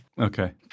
Okay